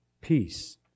peace